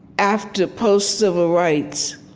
after post-civil rights,